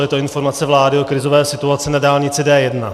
Je to informace vlády o krizové situaci na dálnici D1.